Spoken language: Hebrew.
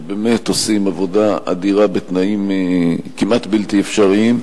שבאמת עושים עבודה אדירה בתנאים כמעט בלתי אפשריים,